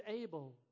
able